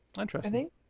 interesting